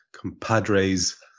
compadres